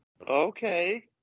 Okay